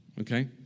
okay